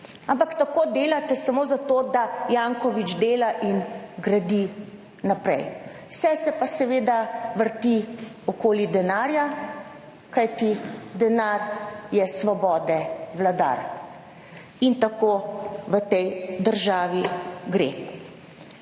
Ampak tako delate samo zato, da Janković dela in gradi naprej, vse se pa seveda vrti okoli denarja, kajti denar je svobode vladar in tako v tej državi gre.